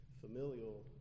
familial